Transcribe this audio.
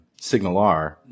SignalR